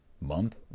month